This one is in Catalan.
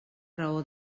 raó